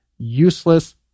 useless